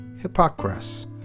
Hippocrates